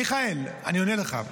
מיכאל, אני עונה לך.